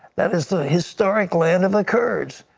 that is the historic land of the kurds.